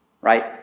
right